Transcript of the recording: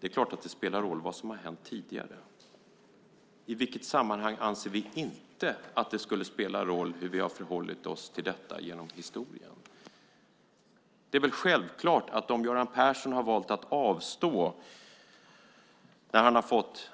Det är klart att det spelar roll vad som har hänt tidigare. I vilket sammanhang anser vi inte att det skulle spela roll hur vi har förhållit oss till detta genom historien? Det är väl självklart att vi med tanke på att Göran Persson har fått